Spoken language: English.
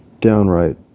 downright